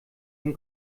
den